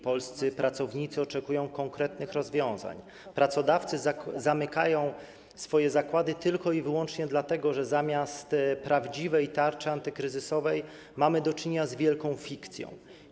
Polscy pracownicy oczekują konkretnych rozwiązań, pracodawcy zamykają swoje zakłady tylko i wyłącznie dlatego, że zamiast z prawdziwą tarczą antykryzysową mamy do czynienia z wielką fikcją.